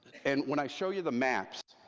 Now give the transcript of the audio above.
and when i show you the maps,